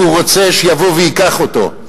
אם הוא רוצה, שיבוא וייקח אותו.